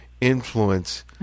influence